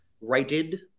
righted